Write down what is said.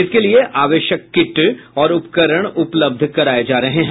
इसके लिये आवश्यक किट और उपकरण उपलब्ध कराये जा रहे हैं